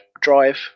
Drive